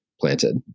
planted